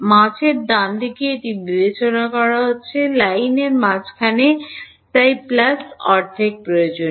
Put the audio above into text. মাঝের ডানদিকে এটি বিবেচনা করা হচ্ছে লাইনের মাঝখানে তাই প্লাস অর্ধেক প্রয়োজনীয়